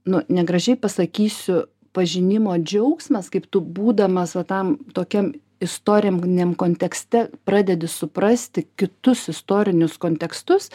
nu negražiai pasakysiu pažinimo džiaugsmas kaip tu būdamas va tam tokiam istoriniam kontekste pradedi suprasti kitus istorinius kontekstus